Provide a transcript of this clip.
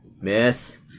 miss